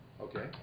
Okay